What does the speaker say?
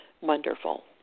wonderful